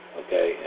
okay